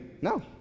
No